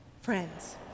friends